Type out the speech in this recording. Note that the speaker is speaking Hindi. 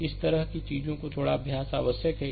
तो इस तरह की चीज़ के लिए थोड़ा अभ्यास आवश्यक है